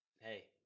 hey